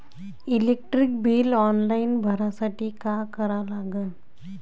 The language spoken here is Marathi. इलेक्ट्रिक बिल ऑनलाईन भरासाठी का करा लागन?